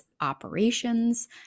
operations